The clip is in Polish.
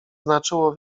znaczyło